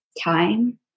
time